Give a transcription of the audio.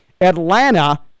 Atlanta